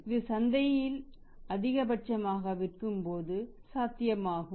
இது சந்தையில் அதிகபட்சமாக விற்கும்போது சாத்தியமாகும்